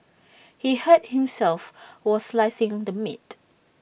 he hurt himself while slicing the meat